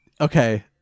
okay